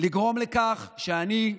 לגרום לכך שאני,